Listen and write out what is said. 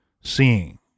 seeing